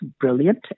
brilliant